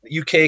UK